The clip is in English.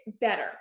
better